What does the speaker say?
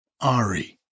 Ari